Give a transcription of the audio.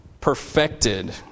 perfected